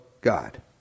God